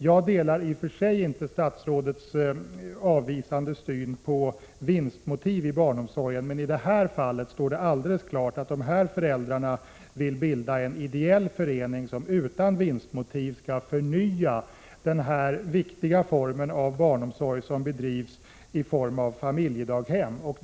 Jag delar i och för sig inte statsrådets dogmatiska syn på vinstmotiv i barnomsorgen, men det står alldeles klart att föräldrarna i det här fallet vill bilda en ideell förening, som utan vinstmotiv skall förnya den viktiga form av barnomsorg som familjedaghemmen utgör.